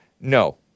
No